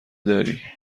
داری